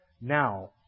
Now